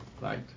right